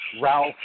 Ralph